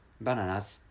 bananas